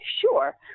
sure